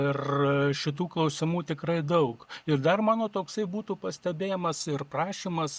ir šitų klausimų tikrai daug ir dar mano toksai būtų pastebėjimas ir prašymas